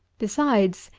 besides,